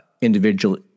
individual